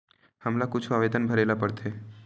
हमला कुछु आवेदन भरेला पढ़थे?